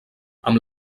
amb